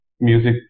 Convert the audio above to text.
music